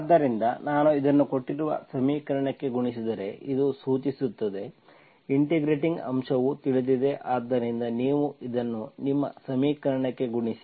ಆದ್ದರಿಂದ ನಾನು ಇದನ್ನು ಕೊಟ್ಟಿರುವ ಸಮೀಕರಣಕ್ಕೆ ಗುಣಿಸಿದರೆ ಇದು ಸೂಚಿಸುತ್ತದೆ ಇಂಟಿಗ್ರೇಟಿಂಗ್ ಅಂಶವು ತಿಳಿದಿದೆ ಆದ್ದರಿಂದ ನೀವು ಇದನ್ನು ನಿಮ್ಮ ಸಮೀಕರಣಕ್ಕೆ ಗುಣಿಸಿ